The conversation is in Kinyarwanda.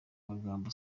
magambo